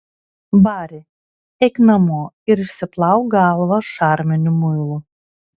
bari eik namo ir išsiplauk galvą šarminiu muilu